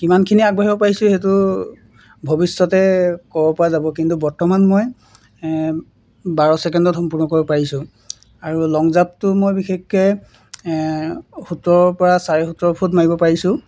কিমানখিনি আগবাঢ়িব পাৰিছোঁ সেইটো ভৱিষ্যতে ক'ব পৰা যাব কিন্তু বৰ্তমান মই বাৰ ছেকেণ্ডত সম্পূৰ্ণ কৰিব পাৰিছোঁ আৰু লং জাম্পটো মই বিশেষকৈ সোতৰৰ পৰা চাৰে সোতৰ ফুট মাৰিব পাৰিছোঁ